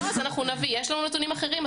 יש לנו נתונים אחרים.